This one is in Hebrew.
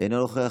אינו נוכח,